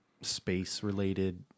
space-related